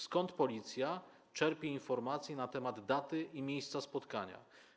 Skąd Policja czerpie informacje na temat daty i miejsca spotkania?